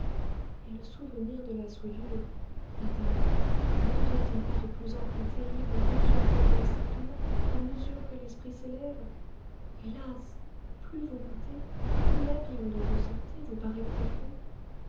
et le souvenir de la souillure madame ne devient-il pas de plus en plus terrible à mesure que l'âme s'épure à mesure que l'esprit s'élève hélas plus vous montez plus l'abîme dont vous sortez vous paraît profond